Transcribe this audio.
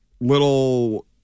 little